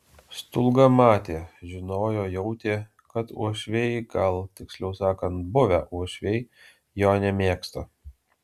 stulga matė žinojo jautė kad uošviai gal tiksliau sakant buvę uošviai jo nemėgsta